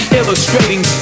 Illustrating